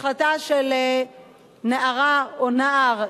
החלטה של נערה או נער,